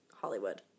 Hollywood